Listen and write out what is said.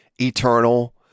eternal